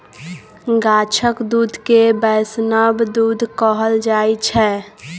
गाछक दुध केँ बैष्णव दुध कहल जाइ छै